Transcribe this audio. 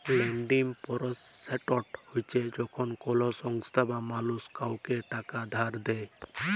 lending process হছে যখল কল সংস্থা বা মালুস কাউকে টাকা ধার দেঁই